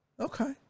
Okay